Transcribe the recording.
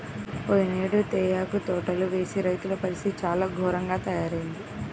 పోయినేడు తేయాకు తోటలు వేసిన రైతుల పరిస్థితి చాలా ఘోరంగా తయ్యారయింది